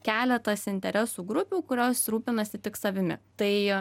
keletas interesų grupių kurios rūpinasi tik savimi tai